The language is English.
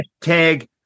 Tag